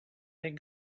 thank